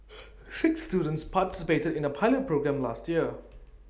six students participated in A pilot programme last year